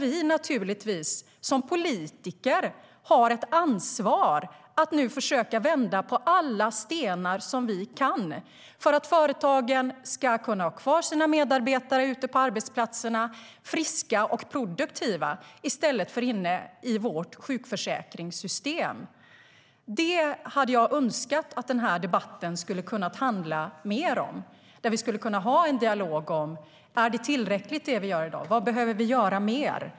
Vi som politiker har naturligtvis ett ansvar för att nu försöka vända på alla stenar som vi kan för att företagen ska kunna ha kvar sina medarbetare ute på arbetsplatserna friska och produktiva i stället för inne i vårt sjukförsäkringssystem. Det hade jag önskat att debatten skulle ha kunnat handla mer om. Vi skulle ha kunnat ha en dialog om huruvida det vi gör i dag är tillräckligt. Vad behöver vi göra mer?